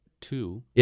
two